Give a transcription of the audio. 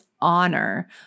honor